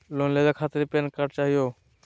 Loan लेवे खातीर PAN card चाहियो?